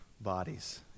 bodies